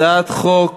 הצעת חוק